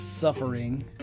suffering